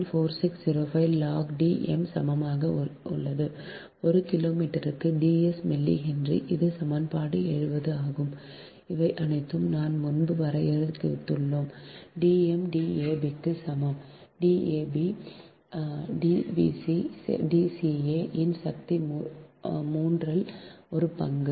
4605 log D m சமமாக ஒரு கிலோமீட்டருக்கு D s மில்லிஹென்ரி இது சமன்பாடு 70 ஆகும் இவை அனைத்தும் நாம் முன்பு வரையறுத்துள்ளோம் D m D ab க்கு சமம் D bc D caன் சக்தி மூரன்றில் ஒரு பங்கு